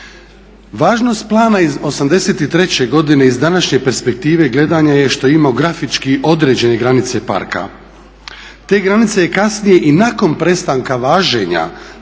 Važnost plana iz '83. godine iz današnje perspektive gledanja je što je imao grafički određene granice parka. Te granice je kasnije i nakon prestanka važenja